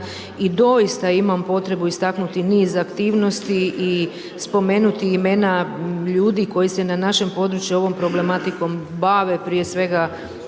i doista imam potrebu istaknuti niz aktivnosti i spomenuti imena ljudi koji se na našem području ovom problematikom bave prije svega